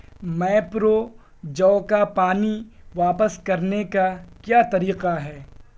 میپرو جو کا پانی واپس کرنے کا کیا طریقہ ہے